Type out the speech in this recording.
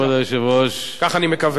כבוד היושב-ראש, כך אני מקווה.